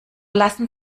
lassen